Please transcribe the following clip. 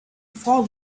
fell